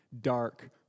dark